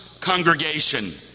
congregation